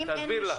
תסביר לה.